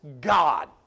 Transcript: God